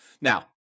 Now